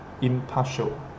impartial